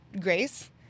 grace